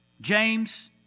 James